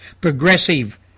progressive